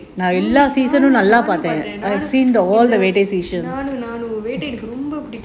நானும் நானும் வேட்டை எனக்கு ரொம்ப பிடிக்கும்:naanum naanum vettai enakku romba pidikum